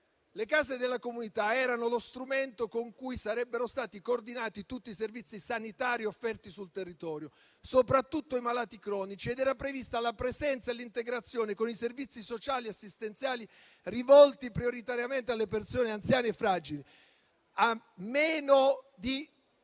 le chiedo solo questo - erano lo strumento con cui sarebbero stati coordinati tutti i servizi sanitari offerti sul territorio, soprattutto ai malati cronici. Era prevista la presenza e l'integrazione con i servizi sociali e assistenziali rivolti prioritariamente alle persone anziane e fragili.